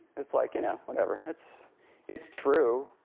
it's like you know whatever. it's it's true.